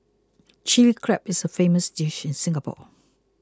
Chilli Crab is a famous dish in Singapore